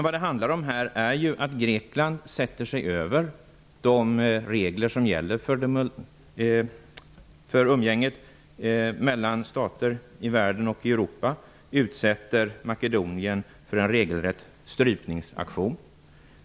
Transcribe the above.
Vad det handlar om är att Grekland sätter sig över de regler som gäller för umgänget mellan stater i världen och i Europa och utsätter Makedonien för en regelrätt strypningsaktion.